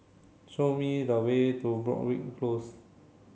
show me the way to Broadrick Close